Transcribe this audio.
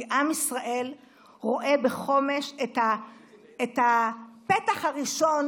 כי עם ישראל רואה בחומש את הפתח הראשון